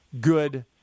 good